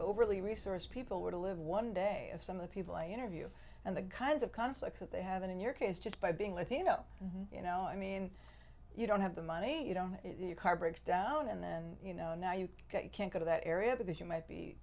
overly resource people were to live one day some of the people i interview and the kinds of conflicts that they haven't in your case just by being latino you know i mean you don't have the money you don't get your car breaks down and then you know now you can't go to that area because you might be